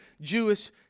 Jewish